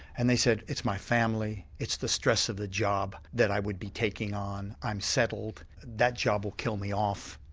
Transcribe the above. and they said it's my family, it's the stress of the job that i would be taking on, i'm settled, that job will kill me off,